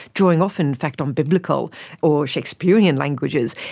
drawing often in fact on biblical or shakespearean languages,